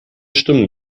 stimmen